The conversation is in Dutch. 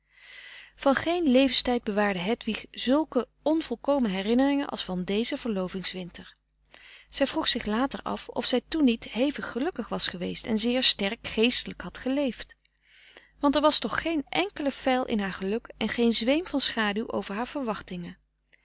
van de koele meren des doods komen herinneringen als van dezen verlovingswinter zij vroeg zich later af of zij toen niet hevig gelukkig was geweest en zeer sterk geestelijk had geleefd want er was toch geen enkele feil in haar geluk en geen zweem van schaduw over haar verwachtingen